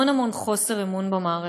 המון המון חוסר אמון במערכת,